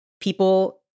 People